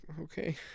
Okay